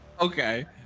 Okay